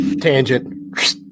Tangent